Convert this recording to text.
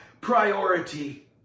priority